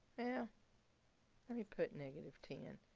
now let me put negative ten.